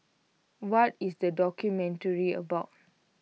what is the documentary about